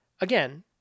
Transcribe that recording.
Again